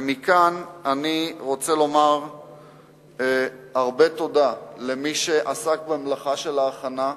ומכאן אני רוצה לומר הרבה תודה למי שעסק במלאכת ההכנה,